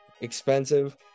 expensive